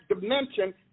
dimension